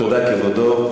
תודה, כבודו.